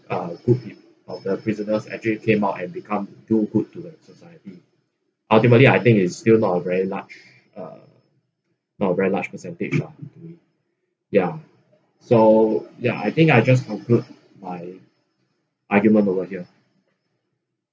uh good of the prisoners actually came out and become do good to the society ultimately I think is still not a very large uh not a very large percentage lah ya so ya I think I just conclude my argument over here